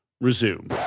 Resume